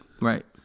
Right